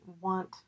want